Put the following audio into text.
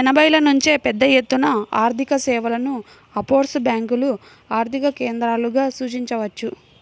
ఎనభైల నుంచే పెద్దఎత్తున ఆర్థికసేవలను ఆఫ్షోర్ బ్యేంకులు ఆర్థిక కేంద్రాలుగా సూచించవచ్చు